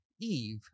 Eve